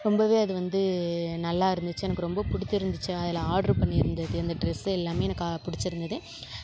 ரொம்பவே அது வந்து நல்லாயிருந்துச்சு எனக்கு ரொம்ப பிடிச்சிருந்துச்சு அதில் ஆர்டர் பண்ணி இருந்தது அந்த டிரஸ் எல்லாமே எனக்கு பிடிச்சிருந்தது